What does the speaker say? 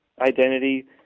identity